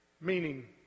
Meaning